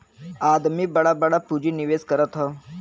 आदमी बड़ा बड़ा पुँजी निवेस करत हौ